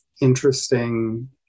interesting